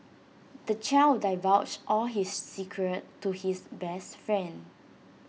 the child divulged all his secrets to his best friend